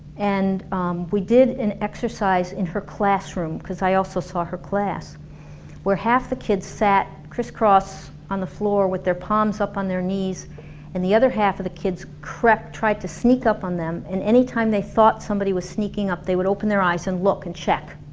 and we did an exercise in her classroom, cause i also saw her class where half the kids sat criss-cross on the floor with their palms up on their knees and the other half of the kids crept tried to sneak up on them and any time they thought somebody was sneaking up, they would open their eyes and look and check